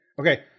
Okay